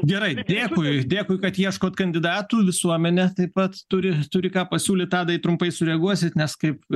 gerai dėkui dėkui kad ieškot kandidatų visuomenė taip pat turi turi ką pasiūlyt tadai trumpai sureaguosit nes kaip